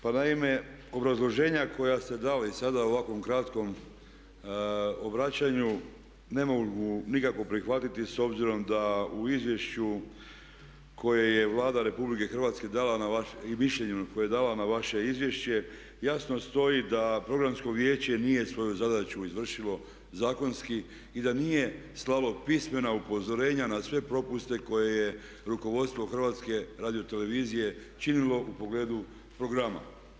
Pa naime obrazloženja koja ste dali sada u ovako kratkom obraćanju ne mogu nikako prihvatiti s obzirom da u Izvješću koje je Vlada RH i mišljenju koje je dala na vaše izvješće jasno stoji da programsko vijeće nije svoju zadaću završilo zakonski i da nije slalo pismena upozorenja na sve propuste koje je rukovodstvo HRT-a činilo u pogledu programa.